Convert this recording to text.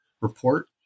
report